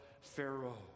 Pharaoh